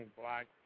black